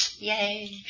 Yay